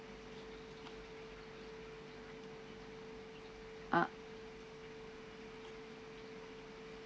uh